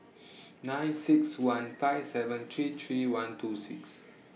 nine six one five seven three three one two six